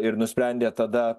ir nusprendė tada